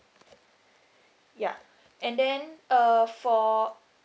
ya and then uh for